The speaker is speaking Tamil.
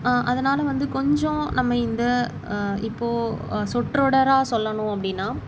அதனால் வந்து கொஞ்சம் நம்ம இந்த இப்போது சொற்றொடராக சொல்லணும் அப்படின்னா